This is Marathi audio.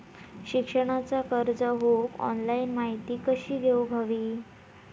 शिक्षणाचा कर्ज घेऊक ऑनलाइन माहिती कशी घेऊक हवी?